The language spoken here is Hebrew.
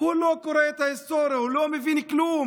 הוא לא קורא את ההיסטוריה, הוא לא מבין כלום.